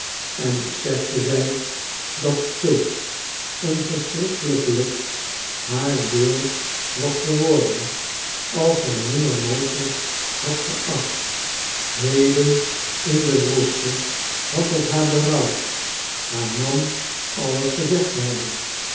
en besefte zij dat zulk een verschrikkelijk lot haar deel was geworden als zij nimmer mogelijk had geacht heden in de vroegte had het haar berouwd haar man alles gezegd te hebben